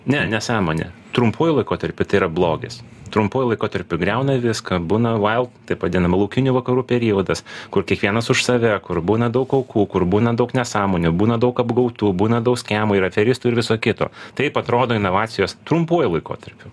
ne nesąmonė trumpuoju laikotarpiu tai yra blogis trumpuoju laikotarpiu griauna viską būna lauk taip vadinama laukinių vakarų periodas kur kiekvienas už save kur būna daug aukų kur būna daug nesąmonių būna daug apgautų būna dau skemų ir aferistų ir viso kito taip atrodo inovacijos trumpuoju laikotarpiu